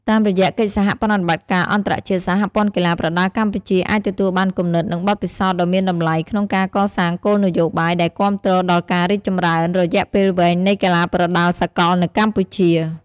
តាមរយៈកិច្ចសហប្រតិបត្តិការអន្តរជាតិ សហព័ន្ធកីឡាប្រដាល់កម្ពុជា អាចទទួលបានគំនិតនិងបទពិសោធន៍ដ៏មានតម្លៃក្នុងការកសាងគោលនយោបាយដែលគាំទ្រដល់ការរីកចម្រើនរយៈពេលវែងនៃកីឡាប្រដាល់សកលនៅកម្ពុជា។